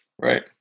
right